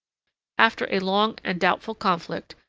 after a long and doubtful conflict,